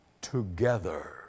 together